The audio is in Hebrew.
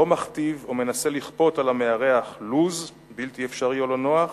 לא מכתיב או מנסה לכפות על המארח לו"ז בלתי אפשרי או לא נוח,